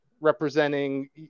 representing